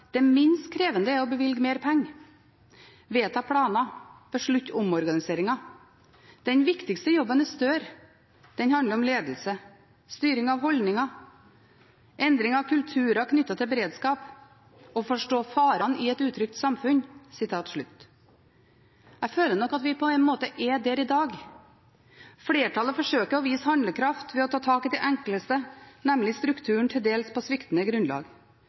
«Det minst krevende er å bevilge mer penger, vedta planer. Beslutte omorganiseringer. Den viktigste jobben er større. Den handler om ledelse. Styrking av holdninger. Endring av kulturer knyttet til beredskap. Å forstå farer i et trygt samfunn.» Jeg føler nok at vi på en måte er der i dag. Flertallet forsøker å vise handlekraft ved å ta tak i det enkleste, nemlig strukturen, til dels på sviktende grunnlag.